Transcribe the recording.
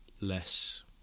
less